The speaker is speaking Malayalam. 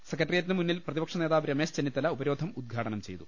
സെക്രട്ടറിയേറ്റിനു മുന്നിൽ പ്രതിപക്ഷ നേതാവ് രമേശ് ചെന്നിത്തല ഉപരോധം ഉദ്ഘാടനം ചെയ്തു